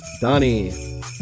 Donnie